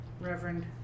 Reverend